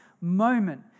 moment